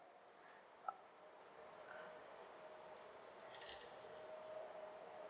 uh